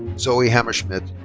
zoe hammerschmidt.